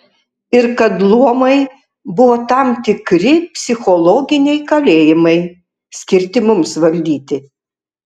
ir kad luomai buvo tam tikri psichologiniai kalėjimai skirti mums valdyti